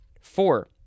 Four